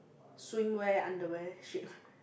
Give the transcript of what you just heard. swimwear underwear shit